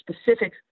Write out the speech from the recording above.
specific